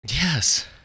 Yes